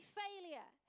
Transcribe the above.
failure